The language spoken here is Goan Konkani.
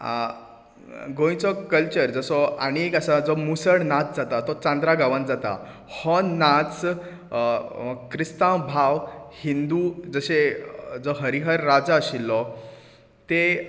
गोंयचो कल्चर जसो आनी एक आसा जो मुसळ नाच जाता तो चांदरा गांवान जाता हो नाच क्रिस्तांव भाव हिंदू जशे हरीहर राजा आशिल्लो ते